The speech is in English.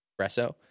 espresso